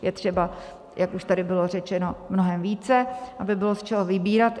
Je třeba, jak už tady bylo řečeno, mnohem více, aby bylo z čeho vybírat.